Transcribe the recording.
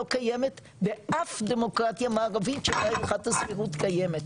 לא קיימת באף דמוקרטיה מערבית שבה הלכת הסבירות קיימת,